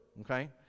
okay